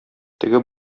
теге